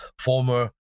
former